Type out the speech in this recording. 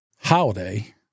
holiday